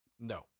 No